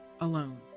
alone